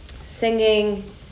singing